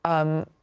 um,